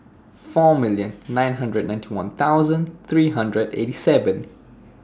four million nine hundred ninety one thousand three hundred eighty seven